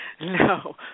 No